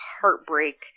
heartbreak